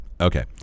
Okay